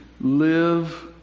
live